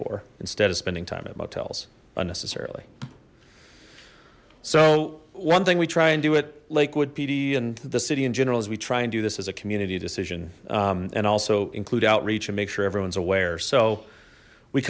for instead of spending time at motels unnecessarily so one thing we try and do it lakewood pd and the city in general is we try and do this as a community decision and also include outreach and make sure everyone's aware so we